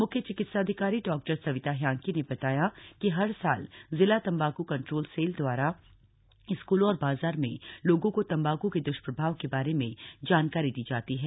म्ख्य चिकित्साधिकारी डॉक्टर संविता हयांकी ने बताया कि हर साल जिला तम्बाकू कंट्रोल सेल दवारा स्कूलों और बाजार में लोगों को तम्बाकू के द्वष्प्रभाव के बारे में जानकारी दी जाती है